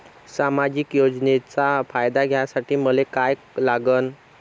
सामाजिक योजनेचा फायदा घ्यासाठी मले काय लागन?